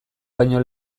baino